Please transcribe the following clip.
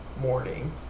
morning